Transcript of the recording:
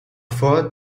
four